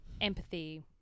empathy